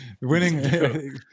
Winning